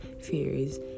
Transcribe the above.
fears